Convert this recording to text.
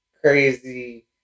crazy